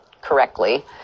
correctly